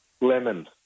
Lemon